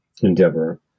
endeavor